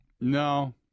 No